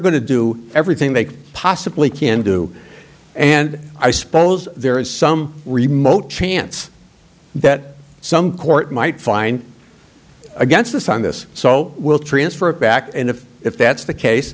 going to do everything they possibly can do and i suppose there is some remote chance that some court might find against this on this so we'll transfer it back and if if that's the case